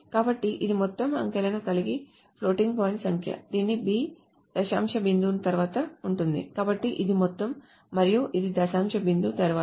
కాబట్టి ఇది మొత్తం అంకెలు కలిగిన ఫ్లోటింగ్ పాయింట్ సంఖ్య దీని b దశాంశ బిందువు తరువాత ఉంటుంది కాబట్టి ఇది మొత్తం మరియు ఇది దశాంశ బిందువు తరువాత